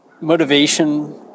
motivation